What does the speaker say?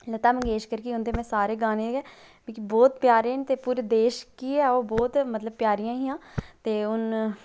लता मंगेश्कर ही उंदी मैं सारे गाने के बहुत प्यारे न ते पूरे देश गी ओह् बहुत मतलब प्यारियां हियां ते हुन